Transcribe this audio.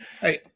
Hey